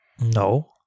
No